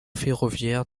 ferroviaire